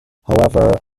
however